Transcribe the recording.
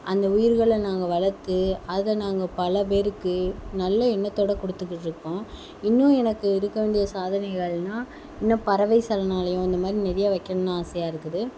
அந்த உயிர்களை நாங்கள் வளர்த்து அதை நாங்கள் பல பேருக்கு நல்ல எண்ணத்தோட கொடுத்துக்கிட்டு இருக்கோம் இன்னும் எனக்கு இருக்க வேண்டிய சாதனைகள்னா இன்னும் பறவை சரணாலயம் இந்தமாதிரி நிறையா வைக்கணுன்னு ஆசையாக இருக்குது